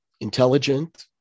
intelligent